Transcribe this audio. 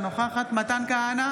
אינה נוכחת מתן כהנא,